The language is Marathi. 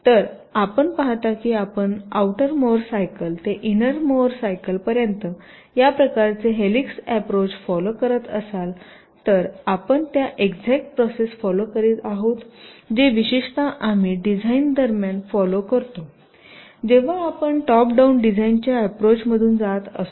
तर आपण पाहता की आपण आउटर मोर सायकल ते इंनर मोर सायकल पर्यंत या प्रकारचे हेलिक्स अँप्रोच फॉलो करत असाल तर आपण त्या एक्झाट प्रोसेस फॉलो करीत आहात जे विशेषत आम्ही डिझाइन दरम्यान फॉलो करतो जेव्हा आपण टॉप डाउन डिझाइनच्या अँप्रोचतून जात असतो